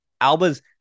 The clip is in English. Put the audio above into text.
Alba's